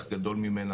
סוכנים,